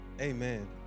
Amen